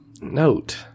Note